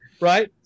Right